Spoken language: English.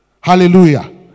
Hallelujah